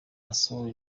asohora